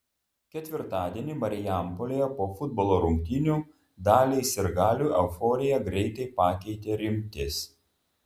ketvirtadienį marijampolėje po futbolo rungtynių daliai sirgalių euforiją greitai pakeitė rimtis